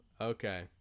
Okay